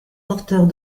porteurs